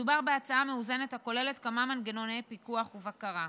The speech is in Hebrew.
מדובר בהצעה מאוזנת הכוללת כמה מנגנוני פיקוח ובקרה: